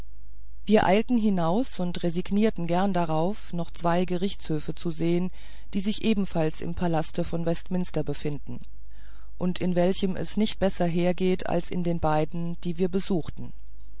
wir eilten hinaus und resignierten gern darauf noch zwei gerichtshöfe zu sehen die sich ebenfalls im palaste von westminster befinden und in welchen es nicht besser hergeht als in den beiden welche wir besuchten